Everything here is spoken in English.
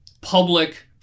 public